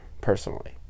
personally